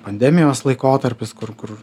pandemijos laikotarpis kur kur